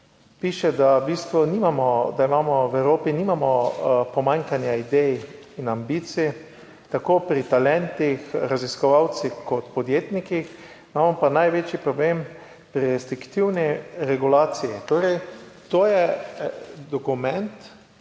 imamo v Evropi nimamo pomanjkanja idej in ambicij tako pri talentih, raziskovalcih kot podjetnikih, imamo pa največji problem pri restriktivni regulaciji, torej to je dokument,